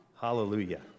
Hallelujah